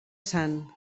sant